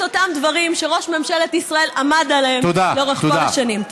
אותם דברים שראש ממשלת ישראל עמד עליהם לאורך כל השנים.